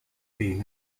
being